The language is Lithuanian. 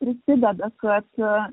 prisideda kate